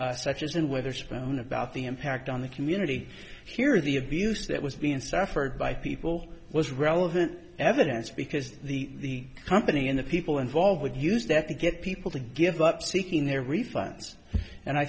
such as in wetherspoon about the impact on the community here the abuse that was being suffered by people was relevant evidence because the company in the people involved would use that to get people to give up seeking their refunds and i